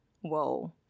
whoa